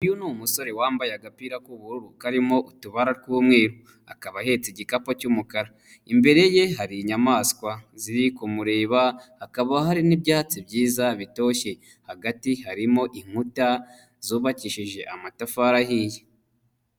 Uyu ni umusore wambaye agapira k'ubururu karimo utubara tw'umweru, akaba ahetse igikapu cy'umukara imbere ye hari inyamaswa ziri kumureba, hakaba hari n'ibyatsi byiza bitoshye, hagati harimo inkuta zubakishije amatafari ahiye.